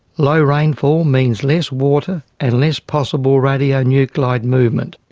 low rainfall means less water and less possible radionuclide movement.